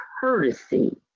courtesy